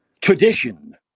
tradition